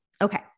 okay